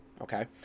okay